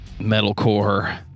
metalcore